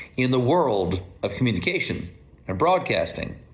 in the world of communication and broadcasting,